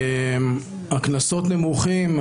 הקנסות נמוכים.